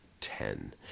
ten